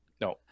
No